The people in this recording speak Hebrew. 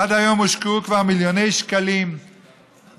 עד היום הושקעו כבר מיליוני שקלים בתכנון